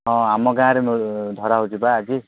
ହଁ ଆମ ଗାଁରେ ମିଳୁ ଧରା ହେଉଛି ବା ଆଜି